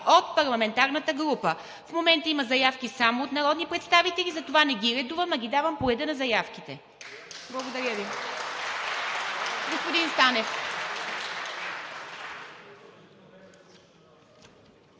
от парламентарната група. В момента има заявки само от народни представители, затова не ги редувам, а ги давам по реда на заявките. (Ръкопляскания от